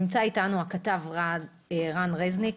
נמצא איתנו הכתב רן רזניק,